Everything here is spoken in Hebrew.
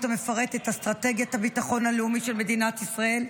המפרט את אסטרטגיית הביטחון הלאומי של מדינת ישראל,